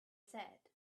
said